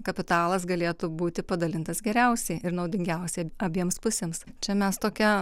kapitalas galėtų būti padalintas geriausiai ir naudingiausiai abiems pusėms čia mes tokie